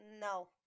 No